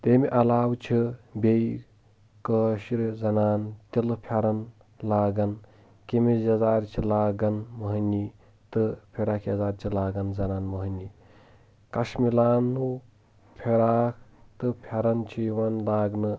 تیٚمہِ علاوٕ چھِ بییٚہِ کٲشر زنانہٕ تِلہٕ پھیٚرن لاگان قمیض یزار چھِ لاگان مہنی تہٕ فراک یزار چھِ لاگان زنانہٕ مہنی کشمِلانو فراک تہٕ پھیٚرن چھُ یِوان لاگنہٕ